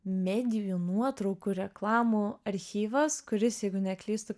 medijų nuotraukų reklamų archyvas kuris jeigu neklystu